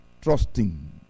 trusting